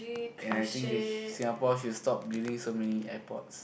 and I think that S~ Singapore should stop building so many airports